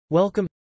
Welcome